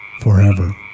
forever